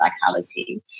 psychology